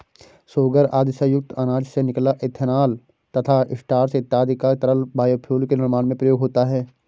sugar आदि से युक्त अनाज से निकला इथेनॉल तथा स्टार्च इत्यादि का तरल बायोफ्यूल के निर्माण में प्रयोग होता है